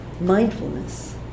mindfulness